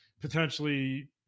potentially